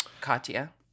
Katya